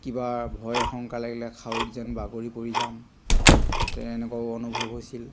কিবা ভয় শংকা লাগিলে খাৱৈত যেন বাগৰি পৰি যাম সেই এনেকুৱাও অনুভৱ হৈছিল